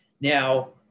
Now